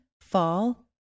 fall